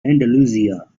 andalusia